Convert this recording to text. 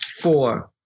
Four